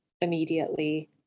immediately